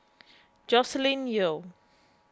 Joscelin Yeo